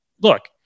look